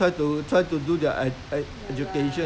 see how to go about it all this kind of thing